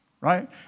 right